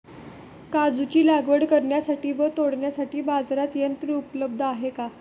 काजूची लागवड करण्यासाठी व तोडण्यासाठी बाजारात यंत्र उपलब्ध आहे का?